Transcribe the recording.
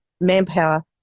manpower